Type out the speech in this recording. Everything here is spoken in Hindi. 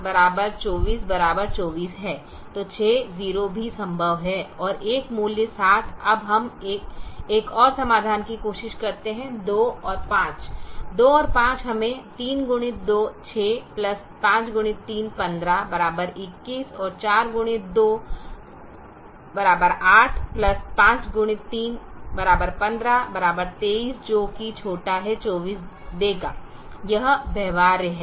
तो 60 भी संभव है और एक मूल्य 60 अब हम एक और समाधान की कोशिश करते हैं जो 25 है 25 हमें 3x2 6 5x3 15 21 और 4x2 8 5x3 15 23 जो 24 देगा यह व्यवहार्य है